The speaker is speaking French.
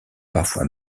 parfois